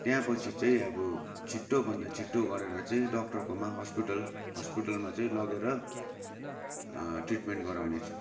त्यहाँपछि चाहिँ अब छिट्टोभन्दा छिट्टो गरेर चाहिँ डक्टरकोमा हस्पिटल हस्पिटलमा चाहिँ लगेर ट्रिटमेन्ट गराउने छु